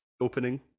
opening